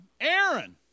Aaron